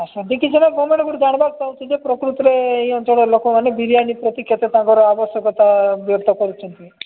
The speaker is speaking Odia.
ଆ ଯେବେ ଗଭର୍ଣ୍ଣମେଣ୍ଟ୍ ଉପରୁ ଜାଣିବାକୁ ପାଉଛୁ ଯେ ପ୍ରକୃତରେ ଏଇ ଅଞ୍ଚଳର ଲୋକମାନେ ବିରିୟାନୀ ପ୍ରତି କେତେ ତାଙ୍କର ଆବଶ୍ୟକତା ବ୍ୟର୍ଥ କରୁଛନ୍ତି